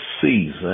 season